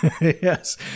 yes